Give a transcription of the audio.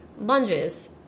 lunges